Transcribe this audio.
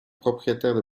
propriétaires